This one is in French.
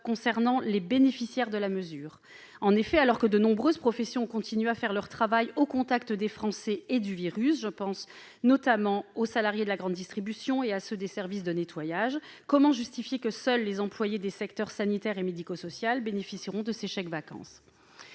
concernant les bénéficiaires de la mesure. En effet, alors que de nombreuses professions ont continué à faire leur travail au contact des Français et du virus- je pense notamment aux salariés de la grande distribution et à ceux des services de nettoyage -, comment justifier que seuls les employés des secteurs sanitaire et médico-social bénéficient de ces chèques-vacances ?